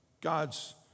God's